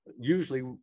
usually